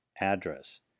address